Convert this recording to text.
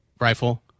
rifle